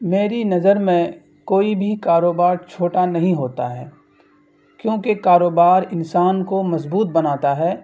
میری نظر میں کوئی بھی کاروبار چھوٹا نہیں ہوتا ہے کیونکہ کاروبار انسان کو مضبوط بناتا ہے